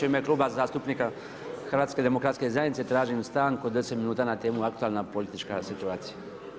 U ime Kluba zastupnika HDZ-a, tražim stanku od 10 minuta na temu aktualna politička situacija.